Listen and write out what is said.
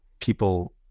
people